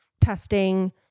testing